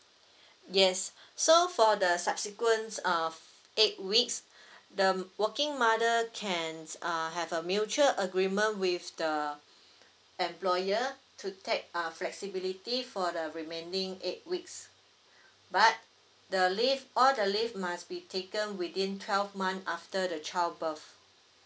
yes so for the subsequent uh eight weeks the working mother can uh have a mutual agreement with the employer to take uh flexibility for the remaining eight weeks but the leave all the leave must be taken within twelve month after the child birth